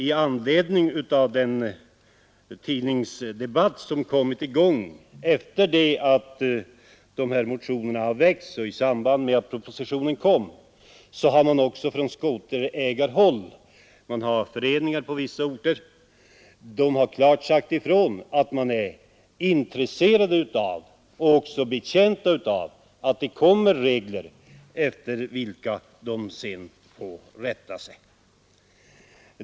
I anledning av den tidningsdebatt som kommit i gång efter det att propositionen lades fram och de här motionerna väcktes har man också från skoterägarhåll — skoterägarna har föreningar på vissa orter — klart sagt ifrån att man är intresserad av och också betjänt av att det skapas regler efter vilka man får rätta sig.